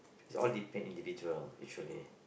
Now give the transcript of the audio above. is all depend individual actually